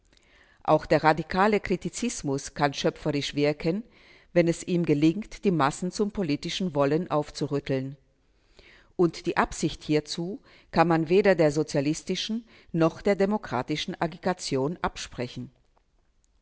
auch der radikale kritizismus kann schöpferisch wirken wenn es ihm gelingt die massen zum politischen wollen aufzurütteln und die absicht hierzu kann man weder der sozialistischen noch der demokratischen agitation absprechen